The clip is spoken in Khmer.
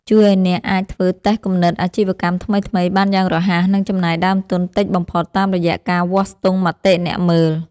ជួយឱ្យអ្នកអាចធ្វើតេស្តគំនិតអាជីវកម្មថ្មីៗបានយ៉ាងរហ័ស និងចំណាយដើមទុនតិចបំផុតតាមរយៈការវាស់ស្ទង់មតិអ្នកមើល។